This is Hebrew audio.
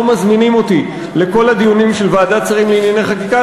לא מזמינים אותי לכל הדיונים של ועדת שרים לענייני חקיקה,